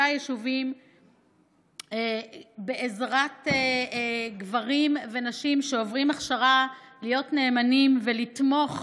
ב-37 יישובים בעזרת גברים ונשים שעוברים הכשרה להיות נאמנים ולתמוך